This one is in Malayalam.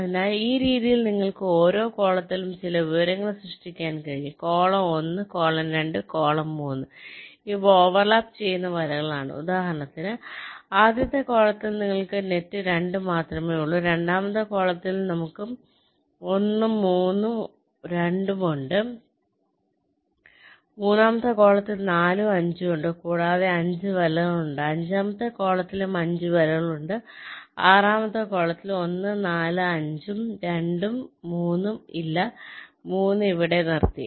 അതിനാൽ ഈ രീതിയിൽ നിങ്ങൾക്ക് ഓരോ കോളത്തിലും ചില വിവരങ്ങൾ സൃഷ്ടിക്കാൻ കഴിയും കോളം 1 കോളം 2 കോളം 3 ഇവ ഓവർലാപ്പ് ചെയ്യുന്ന വലകളാണ് ഉദാഹരണത്തിന് ആദ്യത്തെ കോളത്തിൽ നിങ്ങൾക്ക് നെറ്റ് 2 മാത്രമേ ഉള്ളൂ രണ്ടാമത്തെ കോളത്തിൽ നമുക്ക് 1 3 ഉം 2 ഉം ഉണ്ട് മൂന്നാമത്തെ കോളത്തിൽ നമുക്ക് 4 ഉം 5 ഉം ഉണ്ട് കൂടാതെ 5 വലകൾ ഉണ്ട് അഞ്ചാമത്തെ കോളത്തിലും 5 വലകൾ ഉണ്ട് ആറാമത്തെ കോളത്തിൽ 1 4 5 ഉം 2 ഉം 3 ഉം ഇല്ല 3 ഇവിടെ നിർത്തി